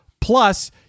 Plus